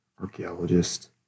archaeologist